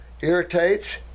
irritates